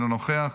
אינו נוכח,